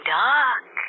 dark